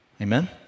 Amen